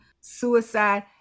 suicide